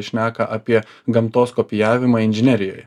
šneka apie gamtos kopijavimą inžinerijoje